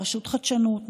הרשות לחדשנות,